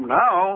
now